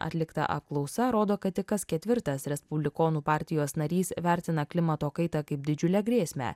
atlikta apklausa rodo kad tik kas ketvirtas respublikonų partijos narys vertina klimato kaitą kaip didžiulę grėsmę